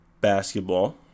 basketball